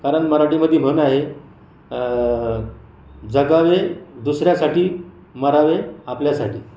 कारण मराठीमध्ये म्हण आहे जगावे दुसऱ्यासाठी मरावे आपल्यासाठी